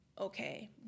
okay